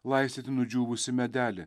laistyti nudžiūvusį medelį